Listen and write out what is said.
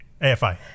AFI